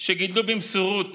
שגידלו במסירות